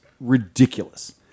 Ridiculous